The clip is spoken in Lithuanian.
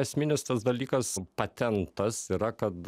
esminis tas dalykas patentas yra kad